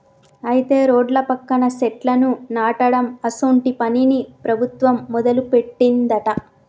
అయితే రోడ్ల పక్కన సెట్లను నాటడం అసోంటి పనిని ప్రభుత్వం మొదలుపెట్టిందట